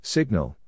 Signal